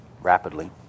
rapidly